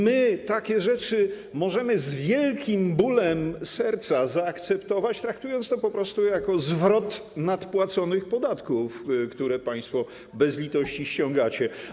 My takie rzeczy możemy z wielkim bólem serca zaakceptować, traktując to po prostu jako zwrot nadpłaconych podatków, które państwo bez litości ściągacie.